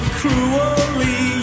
cruelly